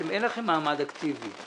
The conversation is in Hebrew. אין לכם מעמד אקטיבי.